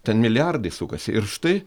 ten milijardai sukasi ir štai